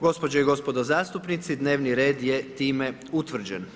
Gospođo i gospodo zastupnici dnevni red je time utvrđen.